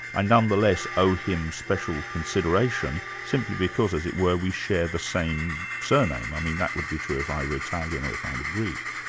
i nonetheless owe him special consideration simply because, as it were, we share the same surname. i mean that would be true if i were italian or if i and were greek.